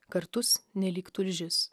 kartus nelyg tulžis